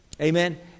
Amen